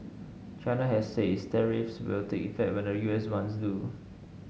china has said its tariffs will take effect when the U S ones do